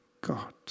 God